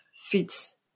fits